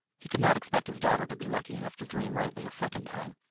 he could not expect his daughter to be lucky enough to dream rightly a second time,